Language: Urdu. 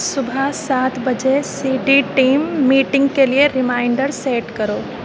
صبح سات بجے سیٹی ٹیم میٹنگ کے لیے ریمائنڈر سیٹ کرو